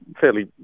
fairly